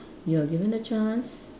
you are given the chance